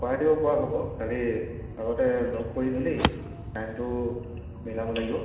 কৰাই দিব পৰা হ'ব খালি আগতে লগ কৰি মেলি টাইমটো মিলাব লাগিব